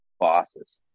bosses